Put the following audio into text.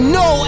no